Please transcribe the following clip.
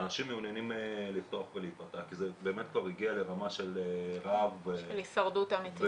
אנשים מעוניינים לפתוח ולהיפתח כי זה הגיע לרמה של רעב והישרדות אמיתית.